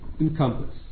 encompass